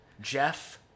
Jeff